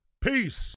peace